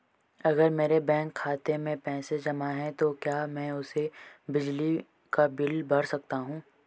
अगर मेरे बैंक खाते में पैसे जमा है तो क्या मैं उसे बिजली का बिल भर सकता हूं?